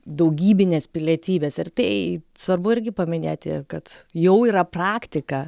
daugybinės pilietybes ir tai svarbu irgi paminėti kad jau yra praktika